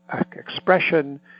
expression